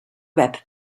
web